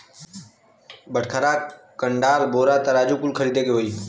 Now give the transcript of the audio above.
बटखरा, कंडाल, बोरा, तराजू कुल खरीदे के होई